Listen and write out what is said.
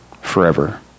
forever